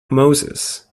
moses